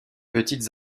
petites